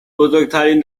بزرگترین